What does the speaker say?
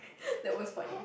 that was funny